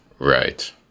Right